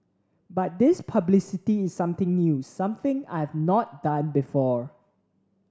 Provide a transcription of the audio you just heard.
but this publicity is something new something I've not done before